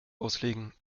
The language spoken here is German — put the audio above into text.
auslegen